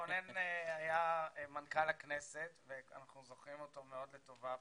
רונן היה מנכ"ל הכנסת ואנחנו זוכרים אותו מאוד לטובה.